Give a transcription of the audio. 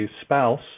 spouse